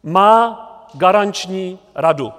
Má garanční radu.